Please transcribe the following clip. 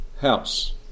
house